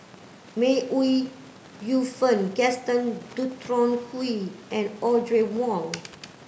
May Ooi Yu Fen Gaston Dutronquoy and Audrey Wong